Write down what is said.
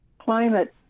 climate